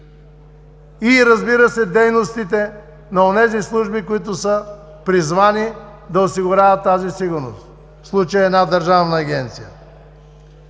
И, разбира се, дейностите на онези служби, призвани да осигуряват тази сигурност, в случая е една държавна агенция.